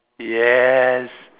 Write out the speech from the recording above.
yes